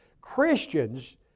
Christians